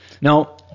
Now